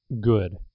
good